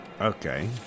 Okay